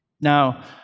Now